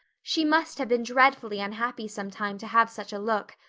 she must have been dreadfully unhappy sometime to have such a look.